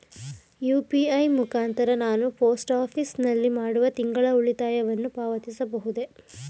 UPI ಮುಖಾಂತರ ನಾನು post office ನಲ್ಲಿ ಮಾಡುವ ತಿಂಗಳ ಉಳಿತಾಯವನ್ನು ಪಾವತಿಸಬಹುದೇ?